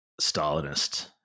Stalinist